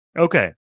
Okay